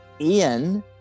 Ian